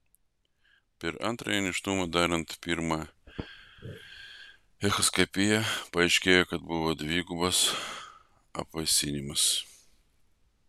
per antrąjį nėštumą darant pirmą echoskopiją paaiškėjo kad buvo dvigubas apvaisinimas